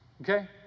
okay